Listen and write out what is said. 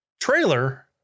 trailer